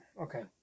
Okay